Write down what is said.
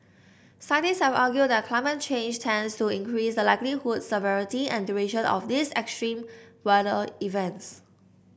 scientists have argued that climate change tends to increase the likelihood severity and duration of these extreme weather events